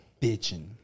bitching